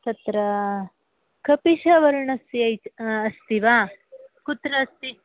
तत्र कपिषवर्णस्य अस्ति वा कुत्र अस्ति